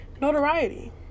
notoriety